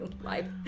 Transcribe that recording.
life